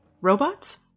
Robots